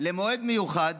למועד מיוחד